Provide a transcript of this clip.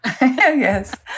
yes